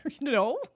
No